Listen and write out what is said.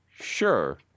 sure